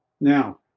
Now